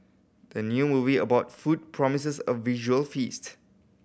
the new movie about food promises a visual feast